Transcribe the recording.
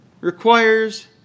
requires